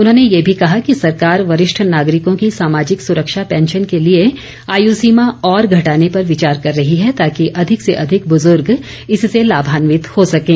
उन्होंने ये भी कहा कि सरकार वरिष्ठ नागरिकों की सामाजिक सुरक्षा पैंशन के लिए आयुर्सीमा और घटाने पर विचार कर रही है ताकि अधिक से अधिक ब्रजुर्ग इससे लाभान्वित हो सकें